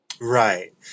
right